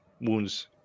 wounds